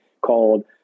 called